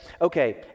okay